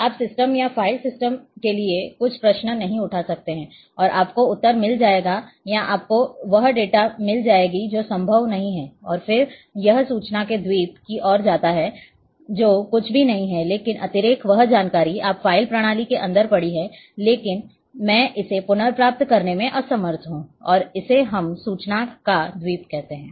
आप सिस्टम या file system के लिए कुछ प्रश्न नहीं उठा सकते हैं और आपको उत्तर मिल जाएगा या आपको वह डेटा मिल जाएगा जो संभव नहीं है और फिर यह सूचना के द्वीप की ओर जाता है जो कुछ भी नहीं है लेकिन अतिरेक वह जानकारी आपकी फ़ाइल प्रणाली के अंदर पड़ी है लेकिन मैं इसे पुनर्प्राप्त करने में असमर्थ हूं और इसे हम सूचना का द्वीप कहते हैं